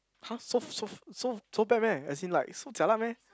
!huh! so so so so so bad meh as in like so jialat meh